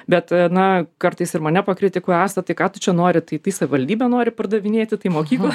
bet na kartais ir mane pakritikuoja asta tai ką tu čia nori tai tai savivaldybę nori pardavinėti tai mokyklą